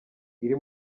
iri